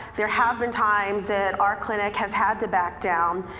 there have been times at our clinic has had to back down.